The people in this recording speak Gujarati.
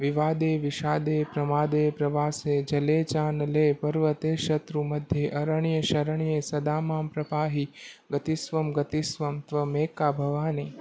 વિવાદે વિશાદે પ્રમાદે પ્રવાસે ચલે જાન લે પર્વતે શત્રુ મધ્યે અરણ્યે શરણ્યે સદામમ પ્રપાહી ગતિસ્વમ ગતિસ્વમ ત્વમેકા ભવાની